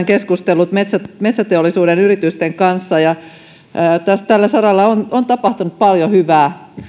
keskustellut myös metsäteollisuuden yritysten kanssa ja tällä saralla on on tapahtunut paljon hyvää